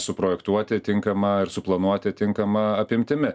suprojektuoti tinkama ir suplanuoti tinkama apimtimi